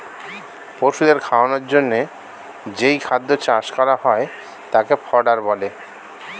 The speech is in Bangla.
পশুদের খাওয়ানোর জন্যে যেই খাদ্য চাষ করা হয় তাকে ফডার বলে